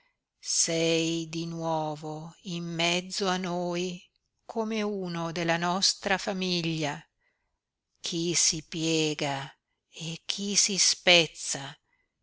sei di nuovo in mezzo a noi come uno della nostra famiglia chi si piega e chi si spezza